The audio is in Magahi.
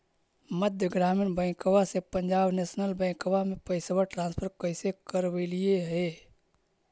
मध्य ग्रामीण बैंकवा से पंजाब नेशनल बैंकवा मे पैसवा ट्रांसफर कैसे करवैलीऐ हे?